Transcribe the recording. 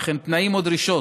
וכן תנאים או דרישות